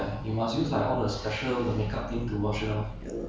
maybe at the beginning loh if you're used to it